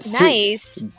Nice